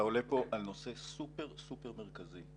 אתה עולה פה על נושא סופר סופר מרכזי,